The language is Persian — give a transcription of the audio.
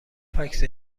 فکس